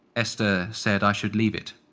esther said i should leave it.